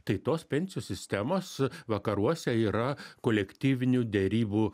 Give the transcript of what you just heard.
tai tos pensijų sistemos vakaruose yra kolektyvinių derybų